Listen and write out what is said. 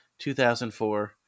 2004